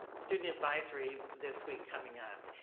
student advisory this week coming up.